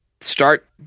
start